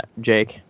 Jake